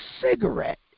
cigarette